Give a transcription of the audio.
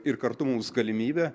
ir kartu mums galimybė